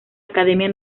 academia